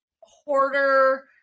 hoarder